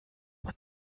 man